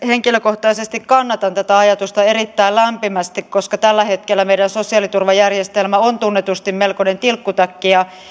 henkilökohtaisesti kannatan tätä ajatusta erittäin lämpimästi koska tällä hetkellä meidän sosiaaliturvajärjestelmä on tunnetusti melkoinen tilkkutäkki ja